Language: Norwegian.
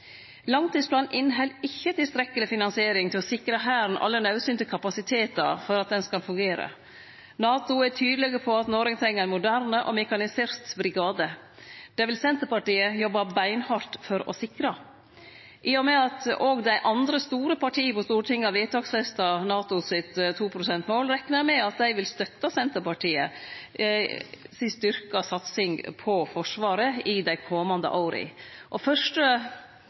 Langtidsplanen inneheld ikkje tilstrekkeleg finansiering til å sikre Hæren alle naudsynte kapasitetar for at den skal fungere. NATO er tydeleg på at Noreg treng ein moderne og mekanisert brigade. Det vil Senterpartiet jobbe beinhardt for å sikre. I og med at òg dei andre store partia på Stortinget har vedtaksfesta NATO sitt 2 pst.-mål, reknar eg med at dei vil støtta Senterpartiet si styrkte satsing på Forsvaret i dei komande åra.